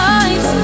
eyes